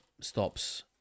stops